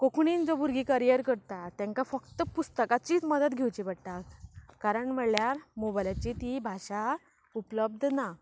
कोंकणीन जो भुरगीं करियर करता तांकां फक्त पुस्तकाचीत मदत घेवची पडटा कारण म्हळ्ळ्यार मोबायलाचेर ती भाशा उपलब्ध ना